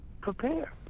prepare